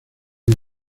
una